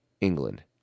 England